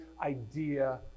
idea